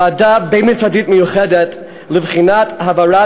ועדה בין-משרדית מיוחדת לבחינת העברת